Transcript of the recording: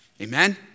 Amen